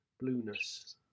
blueness